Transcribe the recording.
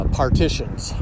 partitions